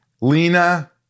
Lena